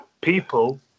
People